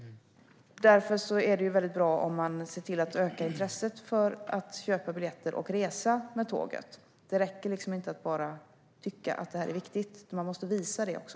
Därför är det bra att öka intresset för att köpa biljetter och resa med tåget. Det räcker inte att tycka att det är viktigt. Man måste visa det också.